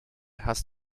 hast